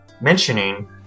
mentioning